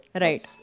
Right